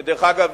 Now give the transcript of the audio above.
שדרך אגב,